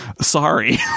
sorry